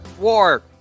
War